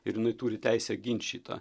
ir jinai turi teisę gint šitą